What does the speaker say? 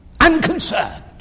unconcerned